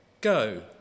Go